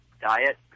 diet